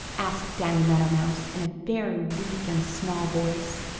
asked danny meadow mouse in a very weak and small voice.